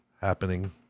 happening